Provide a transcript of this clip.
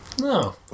No